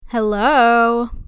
Hello